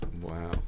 wow